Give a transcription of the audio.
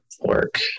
work